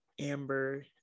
amber